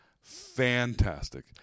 fantastic